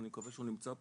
אני מקווה שהוא נמצא פה,